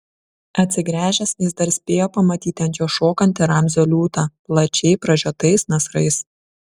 atsigręžęs jis dar spėjo pamatyti ant jo šokantį ramzio liūtą plačiai pražiotais nasrais